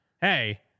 hey